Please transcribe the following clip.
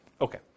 Okay